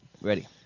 Ready